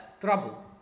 trouble